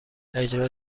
اجرا